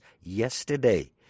yesterday